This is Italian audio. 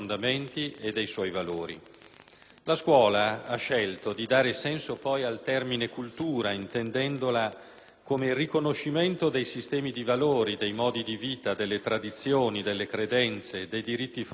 La scuola ha scelto di dare senso al termine cultura, intendendola come riconoscimento dei sistemi di valori, dei modi di vita, delle tradizioni, delle credenze, dei diritti fondamentali degli esseri umani.